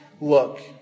look